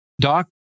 Doc